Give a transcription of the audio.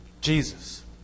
Jesus